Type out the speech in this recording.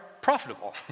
profitable